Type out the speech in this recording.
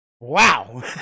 Wow